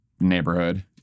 neighborhood